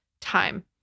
time